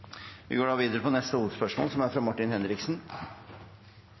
Vi går da videre til neste hovedspørsmål. Mitt spørsmål er